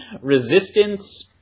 resistance